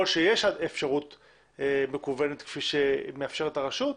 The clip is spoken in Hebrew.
שיש אפשרות מקוונת שמאפשרת הרשות,